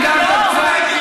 היא קראה לו "שקרן".